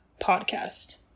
podcast